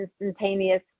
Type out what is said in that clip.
instantaneous